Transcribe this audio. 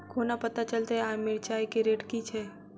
कोना पत्ता चलतै आय मिर्चाय केँ रेट की छै?